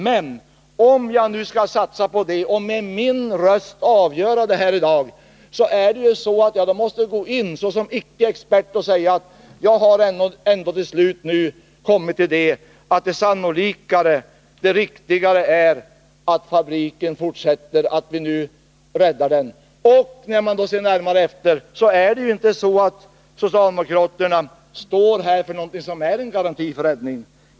Men om jag skall satsa på detta och med min röst avgöra det här i dag, då måste jag gå in såsom icke expert och säga: Jag har till slut kommit till att det sannolikare, det riktigare, är att fabriken fortsätter, att vi nu räddar den. Men när jag då ser närmare efter står inte socialdemokraterna för någonting som garanterar en räddning.